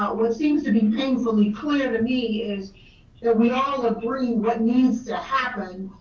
what what seems to be painfully clear to me is that we all agree what needs to happen,